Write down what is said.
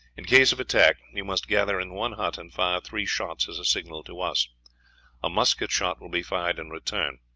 in case of attack, you must gather in one hut, and fire three shots as a signal to us a musket shot will be fired in return.